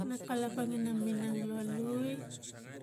Na kalapang ina minang lo lui